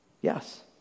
yes